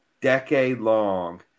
decade-long